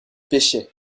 pêchaient